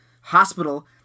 hospital